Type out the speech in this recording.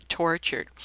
tortured